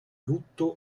lutto